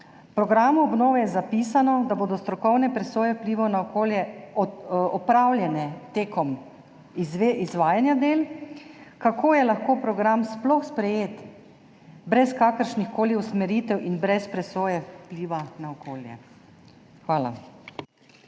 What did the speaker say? programu obnove je zapisano, da bodo strokovne presoje vplivov na okolje opravljene tekom izvajanja del. Kako je lahko program sploh sprejet, brez kakršnihkoli usmeritev in brez presoje vpliva na okolje? Hvala.